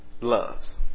loves